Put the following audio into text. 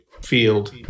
field